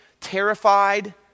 terrified